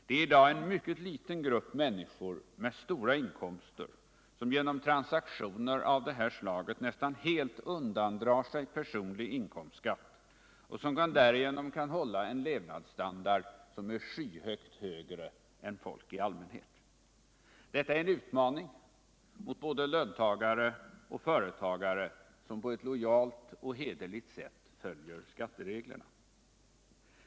Det är i dag en mycket liten grupp människor med stora inkomster som genom transaktioner av detta slag nästan helt undandrar sig personlig inkomstskatt och som därigenom kan hålla en levnadsstandard som ligger skyhögt över den som folk i allmänhet har. Detta är en utmaning mot både löntagare och företagare som på ett lojalt och hederligt sätt följer skattereglerna.